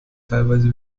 teilweise